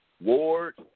Ward